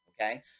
okay